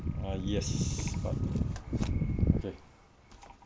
ah yes correct okay